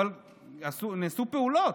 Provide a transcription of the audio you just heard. אבל נעשו פעולות.